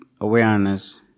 awareness